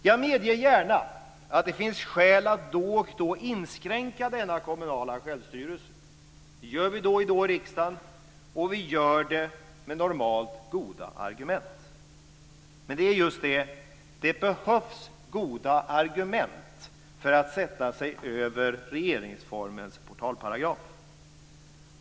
Jag medger gärna att det finns skäl att då och då inskränka denna kommunala självstyrelse. Det gör vi då och då i riksdagen, och vi gör det normalt med goda argument. Men det är just det: det behövs goda argument för att sätta sig över regeringsformens portalparagraf.